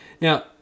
Now